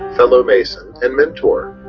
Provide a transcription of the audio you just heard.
fellow mason and mentor.